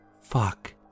Fuck